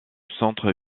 centre